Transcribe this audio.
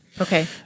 Okay